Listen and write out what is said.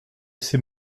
ses